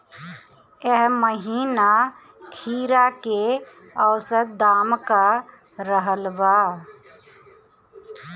एह महीना खीरा के औसत दाम का रहल बा?